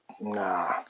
nah